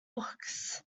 books